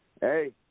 Hey